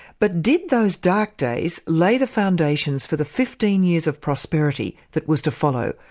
but did those dark days lay the foundations for the fifteen years of prosperity that was to follow?